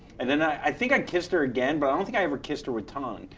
and then i think i kissed her again but i don't think i ever kissed her with tongue.